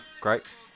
Great